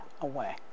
away